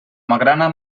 magrana